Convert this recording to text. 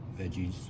veggies